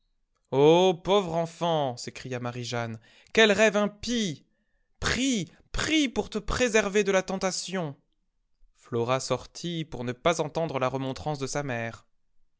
pauvre enfant s'écria marie-jeanne quel rêve impie prie prie pour te préserver de la tentation flora sortit pour ne pas entendre la remontrance de sa mère